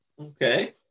Okay